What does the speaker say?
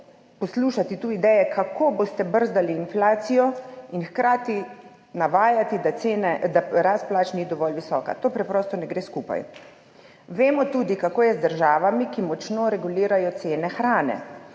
poslušati tu ideje, kako boste brzdali inflacijo, in hkrati navajati, da rast plač ni dovolj visoka. To preprosto ne gre skupaj. Vemo tudi, kako je z državami, ki močno regulirajo cene hrane